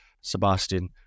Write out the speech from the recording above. Sebastian